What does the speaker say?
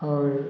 और